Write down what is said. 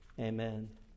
amen